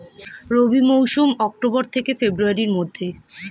রবি মৌসুম অক্টোবর থেকে ফেব্রুয়ারির মধ্যে